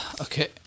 Okay